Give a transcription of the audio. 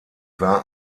war